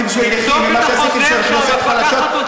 בשביל נכים ומה שעשיתי בשביל אוכלוסיות חלשות,